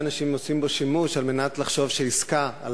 אנשים עושים בו שימוש כדי לחשוב שעסקה,